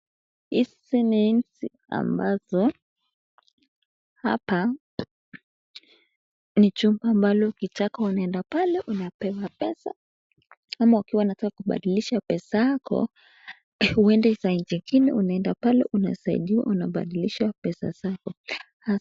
Hizi ni inzi ambazo hapa ni chumba ambalo unaenda pale unapesapesa ama kuwa unataka kupandilisha pesa yako uende ukaitimu unaendapale unasaidiwa kupandilisha pesa Sako.